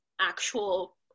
actual